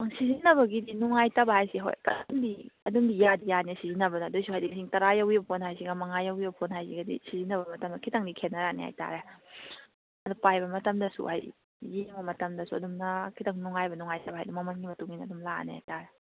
ꯁꯤꯖꯤꯟꯅꯕꯒꯤꯗꯤ ꯅꯨꯡꯉꯥꯏꯇꯕ ꯍꯥꯏꯁꯦ ꯍꯣꯏ ꯑꯗꯨꯝꯗꯤ ꯑꯗꯨꯝꯗꯤ ꯌꯥꯗꯤ ꯌꯥꯅꯤ ꯁꯤꯖꯤꯟꯅꯕꯗ ꯑꯗꯨꯏꯁꯨ ꯍꯥꯏꯗꯤ ꯂꯤꯁꯤꯡ ꯇꯔꯥ ꯌꯧꯈꯤꯕ ꯐꯣꯟ ꯍꯥꯏꯁꯤꯒ ꯃꯉꯥ ꯌꯧꯈꯤꯕ ꯐꯣꯟ ꯍꯥꯏꯁꯤꯒꯗꯤ ꯁꯤꯖꯟꯅꯕ ꯃꯇꯝꯗ ꯈꯤꯇꯪꯗꯤ ꯈꯦꯠꯅꯔꯛꯑꯅꯤ ꯍꯥꯏꯇꯥꯔꯦ ꯑꯗꯨ ꯄꯥꯏꯕ ꯃꯇꯝꯗꯁꯨ ꯍꯥꯏꯗꯤ ꯌꯦꯡꯕ ꯃꯇꯝꯗꯁꯨ ꯑꯗꯨꯝꯅ ꯈꯤꯇꯪ ꯅꯨꯡꯉꯥꯏꯕ ꯅꯨꯡꯉꯥꯏꯇꯕ ꯍꯥꯏꯗꯤ ꯃꯃꯟꯒꯤ ꯃꯇꯨꯡ ꯏꯟꯅ ꯑꯗꯨꯝ ꯂꯥꯛꯑꯅꯤ ꯍꯥꯏꯇꯥꯔꯦ